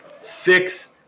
six